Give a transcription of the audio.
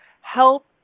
help